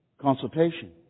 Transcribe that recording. consultation